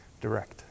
direct